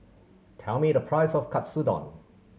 tell me the price of Katsudon